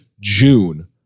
june